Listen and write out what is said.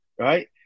Right